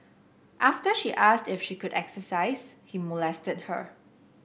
after she asked if she could exercise he molested her